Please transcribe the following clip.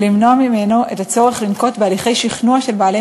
ולמנוע ממנו את הצורך לנקוט הליכי שכנוע של בעלי